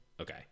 Okay